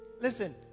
listen